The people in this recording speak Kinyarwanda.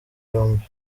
yombi